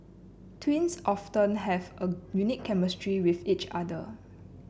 twins often have a unique chemistry with each other